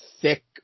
thick